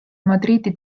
madridi